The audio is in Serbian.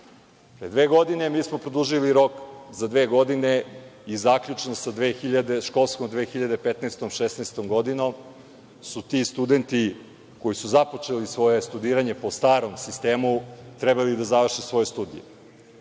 dve godine smo produžili rok za dve godine i zaključno sa školskom 2015/2016. god. su ti studenti koji su započeli svoje studiranje po starom sistemu trebali da završe svoje studije.